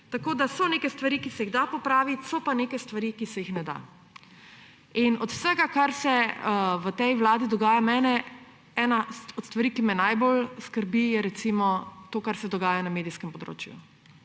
Tako da so neke stvari, ki se jih da popraviti, so pa neke stvari, ki se jih ne da. Od vsega, kar se v tej vladi dogaja, je ena od stvari, ki me najbolj skrbijo, recimo to, kar se dogaja na medijskem področju,